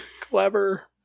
Clever